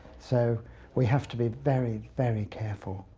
so we have to be very very careful.